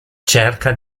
cerca